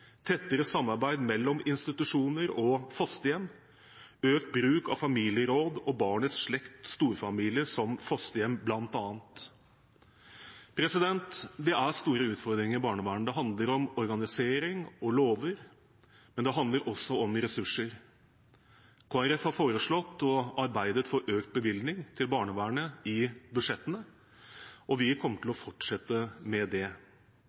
tettere samarbeid mellom institusjoner og fosterhjem, økt bruk av familieråd og barnets slekt og storfamilie som fosterhjem, bl.a. Det er store utfordringer i barnevernet. Det handler om organisering og lover, men det handler også om ressurser. Kristelig Folkeparti har foreslått og arbeidet for økt bevilgning til barnevernet i budsjettene, og vi kommer til å fortsette med det.